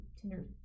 tinder